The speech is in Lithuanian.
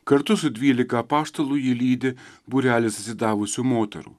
kartu su dvylika apaštalų jį lydi būrelis atsidavusių moterų